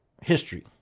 history